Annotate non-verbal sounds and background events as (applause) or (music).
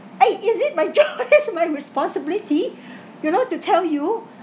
eh is it my job (laughs) is it my responsibility you know to tell you